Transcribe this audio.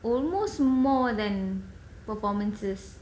almost more than performances